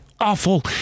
awful